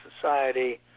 Society